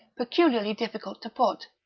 peculiarly difficult to put.